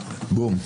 בום.